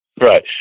Right